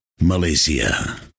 Malaysia